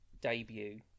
debut